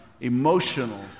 emotional